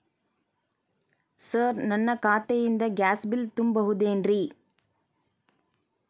Sir ನನ್ನ ಖಾತೆಯಿಂದ gas bill ತುಂಬಹುದೇನ್ರಿ?